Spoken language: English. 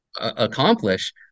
accomplish